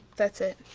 that's it.